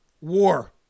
War